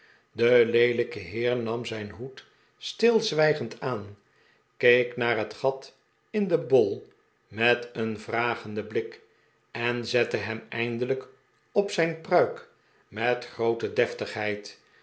de leelijke heer nam zijn hoed stilzwijgend aan keek naar het gat in den bol met een vragenden blik en zette hem eindelijk op zijn pruik met groote